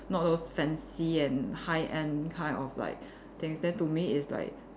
not those fancy and high end kind of like things then to me it's like